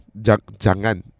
Jangan